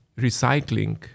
recycling